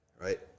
right